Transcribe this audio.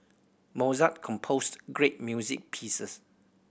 Mozart composed great music pieces